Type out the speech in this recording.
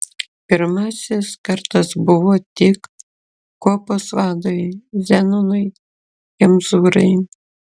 pirmasis kartas buvo tik kuopos vadui zenonui kemzūrai